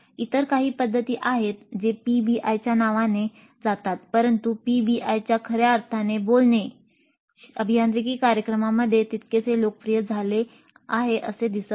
इतर काही पध्दती आहेत जे पीबीआयच्या नावाने ओळखले जातात परंतु पीबीआयच्या खर्या अर्थाने बोलणे अभियांत्रिकी कार्यक्रमांमध्ये तितकेसे लोकप्रिय झाले आहे असे दिसत नाही